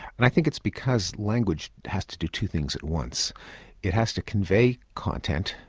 and i think it's because language has to do two things at once it has to convey content,